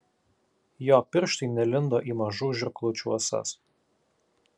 jo pirštai nelindo į mažų žirklučių ąsas